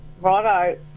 Righto